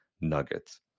nuggets